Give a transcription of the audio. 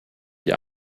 die